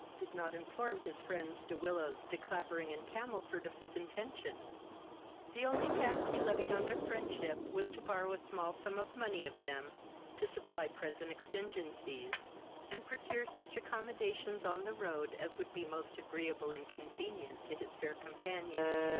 did not inform his friends, de willows, de clavering and camelford, of his intention the only tax he levied on their friendship was to borrow a small sum of money of them to supply present exigencies, and procure such accommodations on the road as would be most agreeable and convenient to his fair companion.